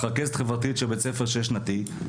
כרכזת חברתית של בית ספר שש שנתי.